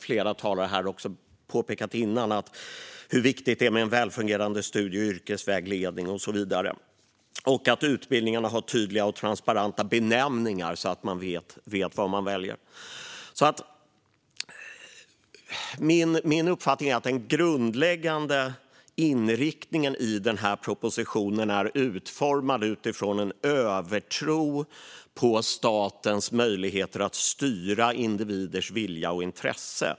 Flera talare har redan pekat på hur viktigt det är med en välfungerande studie och yrkesvägledning och så vidare. Utbildningarna måste också ha tydliga och transparenta benämningar så att man vet vad det är man väljer. Min uppfattning är att den grundläggande inriktningen i propositionen är utformad utifrån en övertro på statens möjligheter att styra individers vilja och intresse.